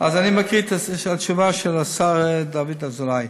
אז אני מקריא את התשובה של השר דוד אזולאי: